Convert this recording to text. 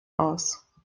aus